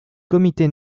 comité